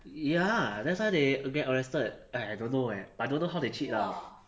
ya that's why they get arrested eh I don't know eh I don't know how they cheat ah